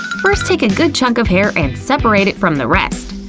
first take a good chunk of hair and separate it from the rest.